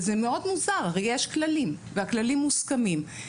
וזה מאוד מוזר, הרי יש כללים והכללים מוסכמים.